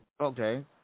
Okay